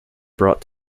brought